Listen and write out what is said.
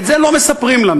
את זה לא מספרים לנו,